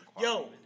yo